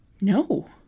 No